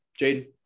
Jaden